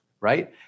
right